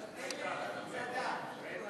גואטה, זה